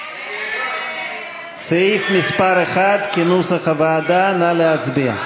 סעיף 1, כהצעת הוועדה, נתקבל.